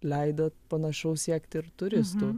leido panašaus siekti ir turistų